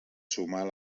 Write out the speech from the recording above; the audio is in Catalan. sumar